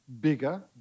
bigger